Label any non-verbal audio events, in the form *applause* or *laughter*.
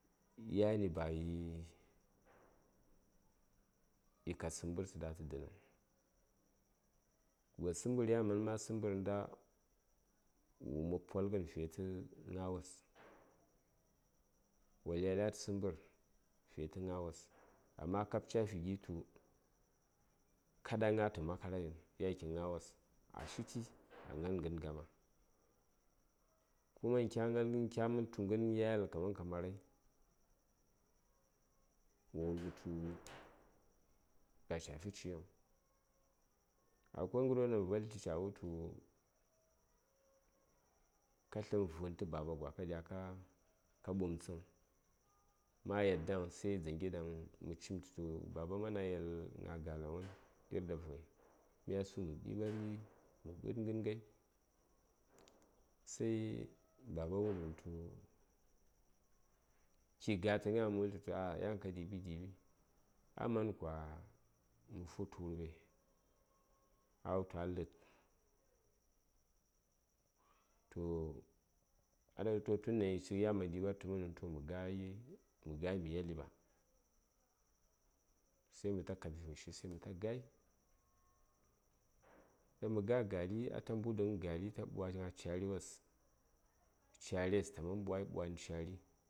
yani bayi kad səmbərsə ɗatə dənəŋ gos səmbər ya man ma səmbər wo mob polghən fiye tə gna wos *noise* wo lya lya tə səmbər fiye tə gna wos ama kab cafi gi tu kaɗa gna tə makaraiŋ yan kinə gna wos a shiti a fi ghən gaa yan kinə *noise* gnawos kuma kya man kyaman tughən ya yeli kaman ka marai wo wultu *noise* ba ca fi cik ghəyiŋ akwai ghərwon ɗaŋ valti ca wul tu ka tlər vun tə baba gwa ka diya ka ɓumtsəŋ ma yaddaŋ sai dzŋgi ɗaŋ mə cim tu baba mana yel gna galan won yir ɗa voi myasu mə ɗiɓari mə ɗi:b ghən ghai sai baba wuləm tu ki gatə gna mə wutu yan ka ɗiɓi ɗiɓi aman kwa mə futə wurɓai a wutu a lə:d toh ata wutu tundaŋ yan a ɗiɓartəmənəŋ ta mə gai mə yeli ɓa sai məta kab vi woshi sai məta gai ɗaŋ mə ga gali ata mbudəŋ gali ata ɓwa gna cari wos cares tamanɓwai ɓwanə cari